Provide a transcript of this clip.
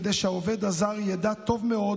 כדי שהעובד הזר ידע טוב מאוד